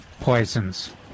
poisons